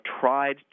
tried